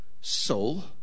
soul